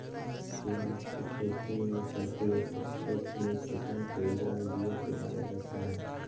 प्याज की खेती में प्रति एकड़ खेत में कितना किलोग्राम डी.ए.पी डाला जाता है?